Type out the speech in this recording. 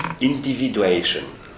individuation